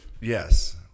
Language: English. Yes